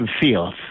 fields